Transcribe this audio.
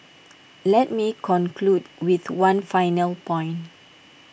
let me conclude with one final point